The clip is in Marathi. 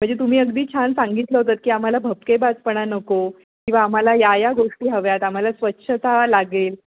म्हणजे तुम्ही अगदी छान सांगितलं होतंत की आम्हाला भपकेबाजपणा नको किंवा आम्हाला या या गोष्टी हव्यात आम्हाला स्वच्छता लागेल